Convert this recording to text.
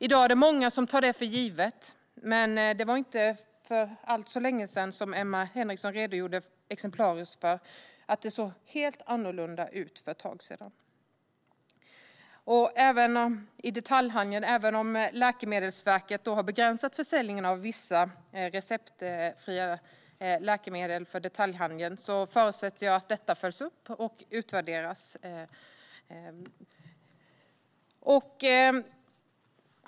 I dag är det många som tar detta för givet, men som Emma Henriksson exemplariskt redogjorde för var det inte så länge sedan det såg helt annorlunda ut. Även om Läkemedelsverket har begränsat försäljningen av vissa receptfria läkemedel i detaljhandeln förutsätter jag att detta följs upp och utvärderas.